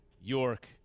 York